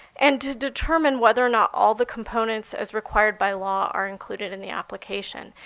and to determine whether or not all the components as required by law are included in the application.